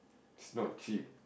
it's not cheap